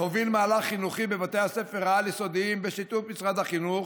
להוביל מהלך חינוכי בבתי הספר העל-יסודיים בשיתוף משרד החינוך,